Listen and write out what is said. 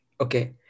Okay